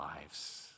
lives